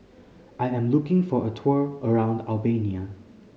I am looking for a tour around Albania